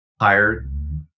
hired